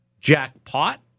Jackpot